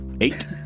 Eight